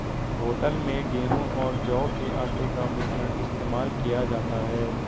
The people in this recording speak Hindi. होटल में गेहूं और जौ के आटे का मिश्रण इस्तेमाल किया जाता है